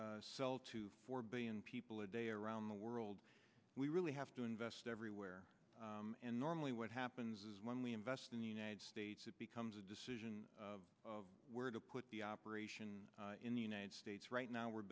do sell to four billion people a day around the world we really have to invest everywhere and normally what happens is when we invest in the united states it becomes a decision of where to put the operation in the united states right now we're